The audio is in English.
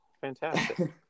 fantastic